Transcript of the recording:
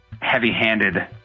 heavy-handed